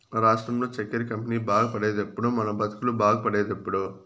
రాష్ట్రంలో చక్కెర కంపెనీ బాగుపడేదెప్పుడో మన బతుకులు బాగుండేదెప్పుడో